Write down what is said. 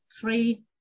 three